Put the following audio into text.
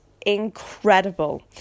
incredible